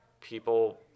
people